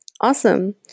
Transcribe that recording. Awesome